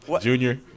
junior